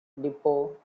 depot